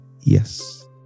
yes